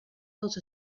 dels